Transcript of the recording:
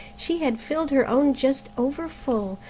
she had filled her own just over-full,